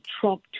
Trump